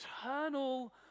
eternal